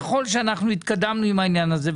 ככל שאנחנו התקדמו עם העניין הזה,